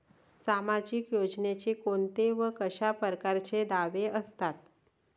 सामाजिक योजनेचे कोंते व कशा परकारचे दावे असतात?